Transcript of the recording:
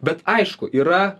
bet aišku yra